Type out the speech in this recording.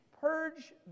purge